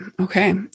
Okay